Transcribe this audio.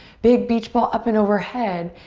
big beach ball up and overhead.